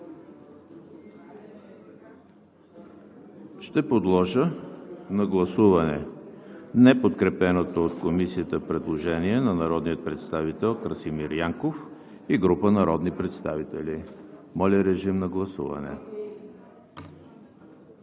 Ще подложа на гласуване неподкрепеното от Комисията предложение на народния представител Красимир Янков и група народни представители. Гласували